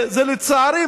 לצערי,